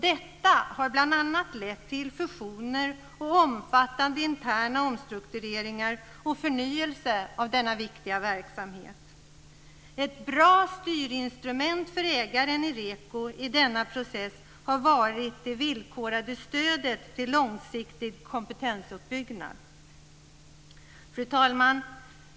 Detta har bl.a. lett till fusioner och omfattande interna omstruktureringar och förnyelse av denna viktiga verksamhet. Ett bra styrinstrument för ägaren Ireko i denna process har varit det villkorade stödet till långsiktig kompetensuppbyggnad. Fru talman!